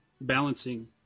balancing